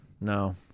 No